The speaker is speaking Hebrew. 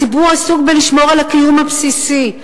הציבור עסוק בלשמור על הקיום הבסיסי.